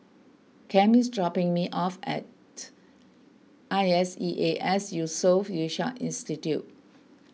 Cam is dropping me off at I S E A S Yusof Ishak Institute